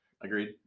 Agreed